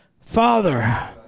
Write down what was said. Father